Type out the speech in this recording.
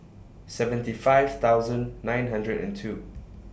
seventy five thousand nine hundred and two